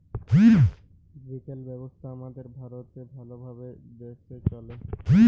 retail ব্যবসা আমাদের ভারতে ভাল ভাবে দ্যাশে চলে